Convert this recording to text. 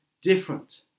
different